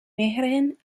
mehreren